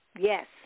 Yes